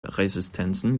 resistenzen